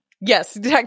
Yes